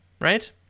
right